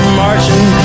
marching